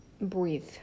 breathe